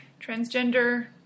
transgender